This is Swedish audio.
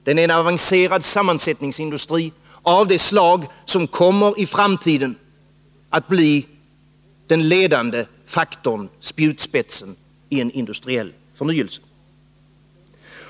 Den är en avancerad sammansättningsindustri av det slag som i framtiden kommer att bli den ledande faktorn —-spjutspetsen —i en industriell förnyelse.